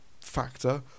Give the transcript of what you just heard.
factor